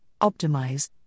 optimize